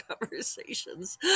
conversations